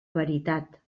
veritat